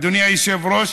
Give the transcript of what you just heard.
אדוני היושב-ראש,